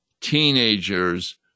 teenagers